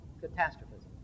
catastrophism